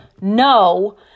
no